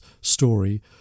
story